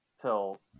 till